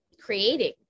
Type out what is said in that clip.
creating